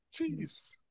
Jeez